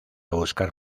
buscar